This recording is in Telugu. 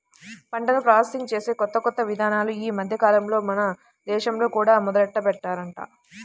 పంటను ప్రాసెసింగ్ చేసే కొత్త కొత్త ఇదానాలు ఈ మద్దెకాలంలో మన దేశంలో కూడా మొదలుబెట్టారంట